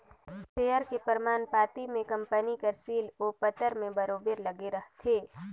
share के परमान पाती में कंपनी कर सील ओ पतर में बरोबेर लगे रहथे